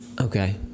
Okay